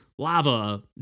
Lava